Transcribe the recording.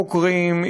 חוקרים,